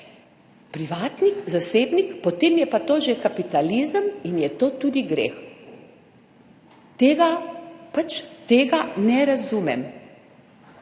privatnik, zasebnik, potem je pa to že kapitalizem in je to tudi greh. Tega pač ne razumem.